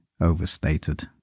overstated